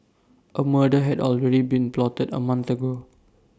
A murder had already been plotted A month ago